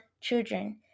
children